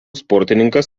sportininkas